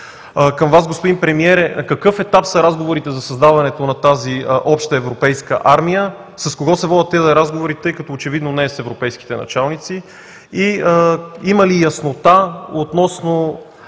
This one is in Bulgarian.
към Вас, господин Премиер е: на какъв етап са разговорите за създаването на тази обща европейска армия? С кого се водят тези разговори, тъй като очевидно не е с европейските началници? Има ли яснота относно